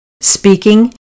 speaking